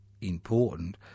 important